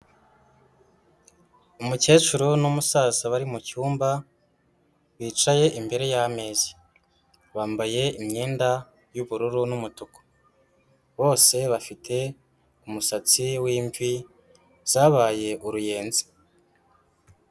Umukecuru n'umusaza bari mu cyumba bicaye imbere y'ameza, bambaye imyenda y'ubururu n'umutuku, bose bafite umusatsi w'imvi zabaye uruyenzi.